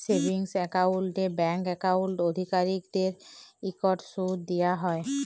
savings একাউল্টে bank account অধিকারীদেরকে ইকট সুদ দিয়া হ্যয়